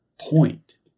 point